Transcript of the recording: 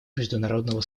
международного